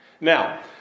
Now